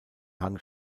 hang